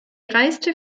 reiste